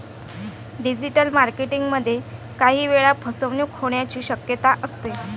digital marketing मध्ये काही वेळा फसवणूक होण्याची शक्यता असते